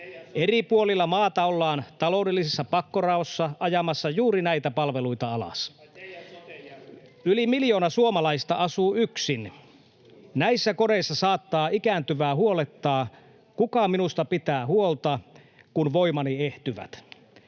Eri puolilla maata ollaan taloudellisessa pakkoraossa ajamassa juuri näitä palveluita alas. [Ben Zyskowicz: Ai teidän soten jälkeen?] Yli miljoona suomalaista asuu yksin. Näissä kodeissa saattaa ikääntyvää huolettaa, kuka minusta pitää huolta, kun voimani ehtyvät.